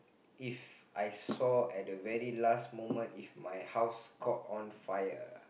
If I saw at the very last moment if my house caught on fire